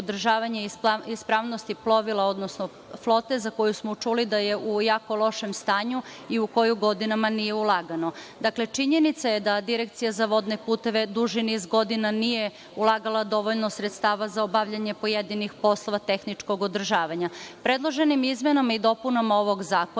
ispravnosti plovila, odnosno flote, za koju smo čuli da je u jako lošem stanju i u koju godinama nije ulagano. Dakle, činjenica je da Direkcija za vodne puteve duži niz godina nije ulagala dovoljno sredstava za obavljanje pojedinih poslova tehničkog održavanja. Predloženim izmenama i dopunama ovog zakona